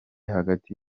hagati